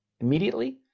immediately